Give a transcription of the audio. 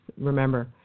remember